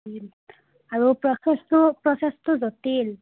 আৰু প্ৰচেছটো প্ৰচেছটো জটিল